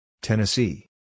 Tennessee